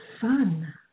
fun